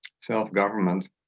self-government